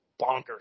bonkers